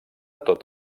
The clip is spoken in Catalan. tot